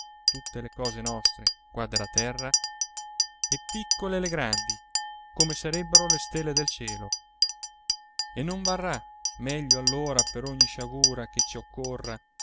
tutte le cose nostre qua della terra e piccole le grandi come sarebbero le stelle del cielo e non varrà meglio allora per ogni sciagura che ci occorra